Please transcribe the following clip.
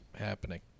happening